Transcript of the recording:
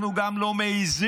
אנחנו גם לא מעיזים,